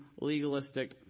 legalistic